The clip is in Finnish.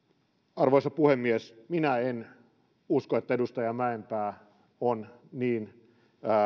arvoisa puhemies minä en usko että edustaja mäenpää on niin